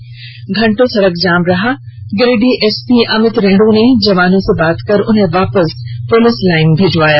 इसके बाद घंटों सड़क जाम रहा गिरिडीह एसपी अमित रेणु ने जवानों से बात कर उन्हें वापस वापस पुलिस लाइन भिजवाया